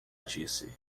disse